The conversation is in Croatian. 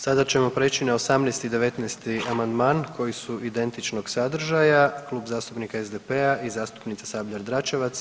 Sada ćemo prijeći na 18. i 19. amandman koji su identičnog sadržaja, Klub zastupnika SDP-a i zastupnica Sabljar-Dračevac.